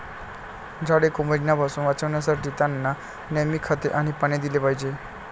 झाडे कोमेजण्यापासून वाचवण्यासाठी, त्यांना नेहमी खते आणि पाणी दिले पाहिजे